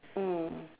mm